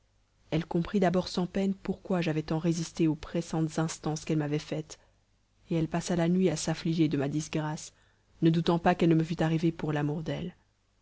elle comprit d'abord sans peine pourquoi j'avais tant résisté aux pressantes instances qu'elle m'avait faites et elle passa la nuit à s'affliger de ma disgrâce ne doutant pas qu'elle ne me fût arrivée pour l'amour d'elle